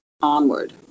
onward